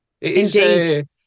Indeed